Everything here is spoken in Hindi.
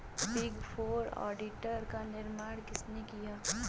बिग फोर ऑडिटर का निर्माण किसने किया?